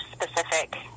specific